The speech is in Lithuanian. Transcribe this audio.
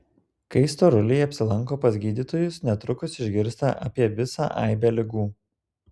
kai storuliai apsilanko pas gydytojus netrukus išgirsta apie visą aibę ligų